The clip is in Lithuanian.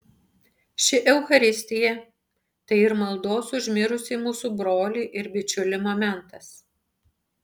ši eucharistija tai ir maldos už mirusį mūsų brolį ir bičiulį momentas